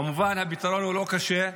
כמובן, הפתרון הוא לא קשה: